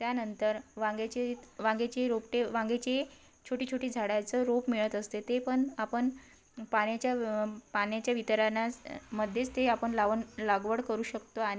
त्यानंतर वांग्याचे वांग्याचे रोपटे वांग्याचे छोटी छोटी झाडाचं रोप मिळत असते ते पण आपण पाण्याच्या पाण्याच्या वितरणास मध्येच ते आपण लावून लागवड करू शकतो आणि